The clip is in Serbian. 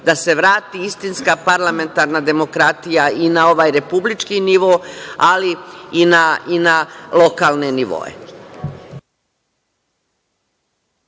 da se vrati istinska parlamentarna demokratija i na ovaj republički nivo, ali i na lokalne nivoe.